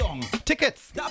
Tickets